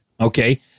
Okay